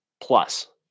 plus